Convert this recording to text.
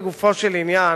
לגופו של עניין,